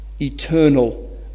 Eternal